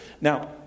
Now